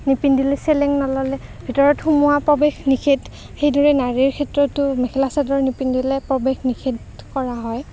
নিপিন্ধিলে চেলেং নল'লে ভিতৰত সোমোৱাৰ প্ৰৱেশ নিষেধ সেইদৰে নাৰীৰ ক্ষেত্ৰতো মেখেলা চাদৰ নিপিন্ধিলে প্ৰৱেশ নিষেধ কৰা হয়